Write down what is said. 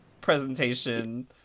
presentation